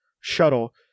shuttle